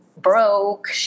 broke